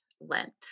Lent